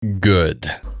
good